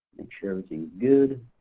make sure everything's good.